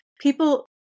People